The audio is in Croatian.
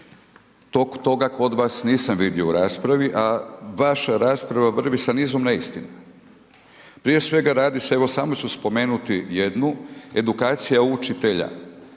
Toga kod vas nisam vidio u raspravi, a vaša rasprava vrvi sa nizom neistina. Prije svega radi se o, evo samo ću spomenuti jednu, edukacija učitelja,